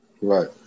Right